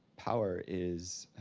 power is,